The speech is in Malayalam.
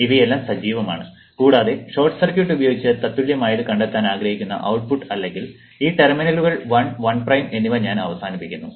അതിനാൽ ഇവയെല്ലാം സജീവമാണ് കൂടാതെ ഷോർട്ട് സർക്യൂട്ട് ഉപയോഗിച്ച് തത്തുല്യമായത് കണ്ടെത്താൻ ആഗ്രഹിക്കുന്ന ഔട്ട്പുട്ട് അല്ലെങ്കിൽ ഈ ടെർമിനലുകൾ 1 1 പ്രൈം എന്നിവ ഞാൻ അവസാനിപ്പിക്കുന്നു